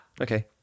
Okay